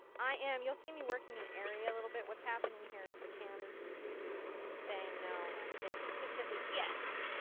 i am. you'll see me working an area a little bit. what's happening here is the canvas is saying no and i'm saying consistently, yes!